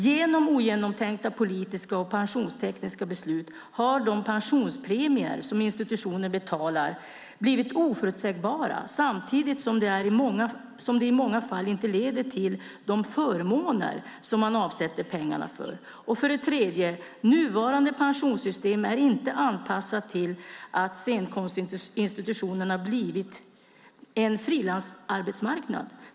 Genom ogenomtänkta politiska och pensionstekniska beslut har de pensionspremier som institutionerna betalar blivit oförutsägbara samtidigt som det i många fall inte leder till de förmåner som man avsätter pengar för. 3. Nuvarande pensionssystem är inte anpassat till att scenkonstinstitutionerna blivit en frilansarbetsmarknad.